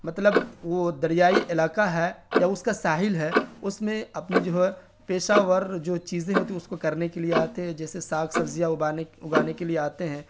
مطلب وہ دریائی علاقہ ہے یا اس کا ساحل ہے اس میں اپنی جو ہے پیشہ ور جو چیزیں ہوتی ہے اس کو کرنے کے لیے آتے ہے جیسے ساگ سبزیاں اگانے کے لیے آتے ہیں